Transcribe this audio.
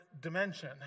dimension